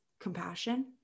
compassion